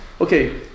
Okay